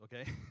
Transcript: okay